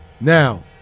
Now